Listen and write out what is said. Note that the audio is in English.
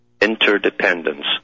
interdependence